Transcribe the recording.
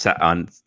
on